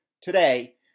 Today